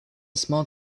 small